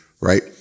Right